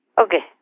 Okay